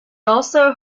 also